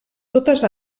totes